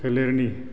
सोलेरनि